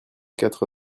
quatre